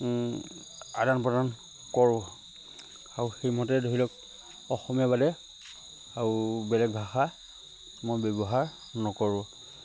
আদান প্ৰদান কৰোঁ আৰু সেইমতে ধৰি লওক অসমীয়াৰ বাদে আৰু বেলেগ ভাষা মই ব্যৱহাৰ নকৰোঁ